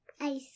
ice